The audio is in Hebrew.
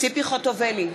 ציפי חוטובלי,